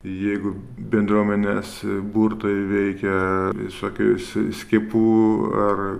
jeigu bendruomenės e burtai veikia visokiose skiepų ar